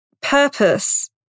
purpose